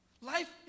Life